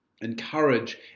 encourage